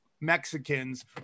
Mexicans